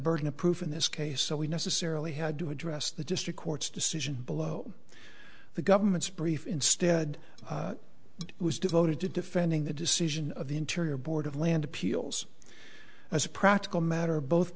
burden of proof in this case so we necessarily had to address the district court's decision below the government's brief instead it was devoted to defending the decision of the interior board of land appeals as a practical matter both